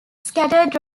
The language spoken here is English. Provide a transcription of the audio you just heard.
scattered